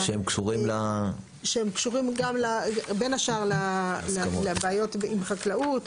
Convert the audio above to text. שהם קשורים בין השאר לבעיות עם חקלאות.